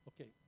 Okay